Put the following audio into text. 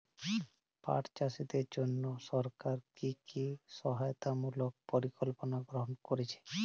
পাট চাষীদের জন্য সরকার কি কি সহায়তামূলক পরিকল্পনা গ্রহণ করেছে?